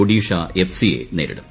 Odisha F C യെ നേരിടും